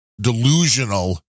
delusional